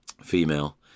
female